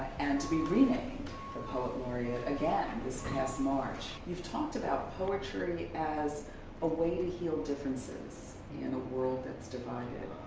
and to be renamed the poet laureate again, this past march. you've talked about poetry as ah way to heal differences in a world that's divided.